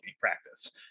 practice